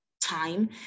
time